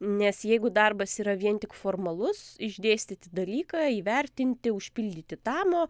nes jeigu darbas yra vien tik formalus išdėstyti dalyką įvertinti užpildyti tamo